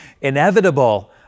inevitable